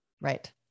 right